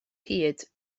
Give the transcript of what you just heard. hyd